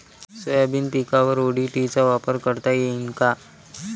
Soybean पिकावर ODT चा वापर करता येईन का?